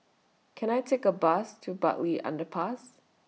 Can I Take A Bus to Bartley Underpass